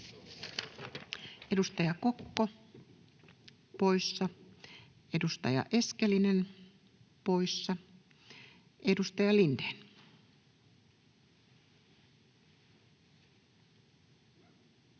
Edustaja Kokko poissa, edustaja Eskelinen poissa. — Edustaja Lindén.